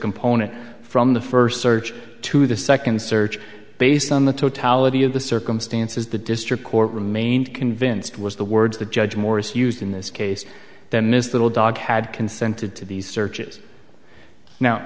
component from the first search to the second search based on the totality of the circumstances the district court remained convinced was the words the judge morris used in this case then this little dog had consented to these searches now